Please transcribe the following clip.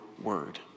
Word